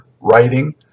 writing